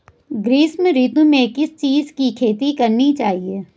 ग्रीष्म ऋतु में किस चीज़ की खेती करनी चाहिये?